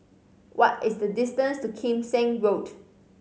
what is the distance to Kim Seng Road